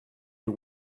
you